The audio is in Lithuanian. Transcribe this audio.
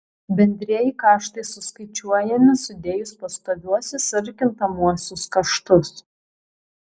bendrieji kaštai suskaičiuojami sudėjus pastoviuosius ir kintamuosius kaštus